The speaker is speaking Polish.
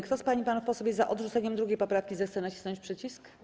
Kto z pań i panów posłów jest za odrzuceniem 2. poprawki, zechce nacisnąć przycisk.